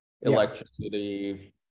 electricity